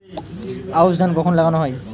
আউশ ধান কখন লাগানো হয়?